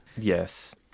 Yes